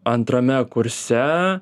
antrame kurse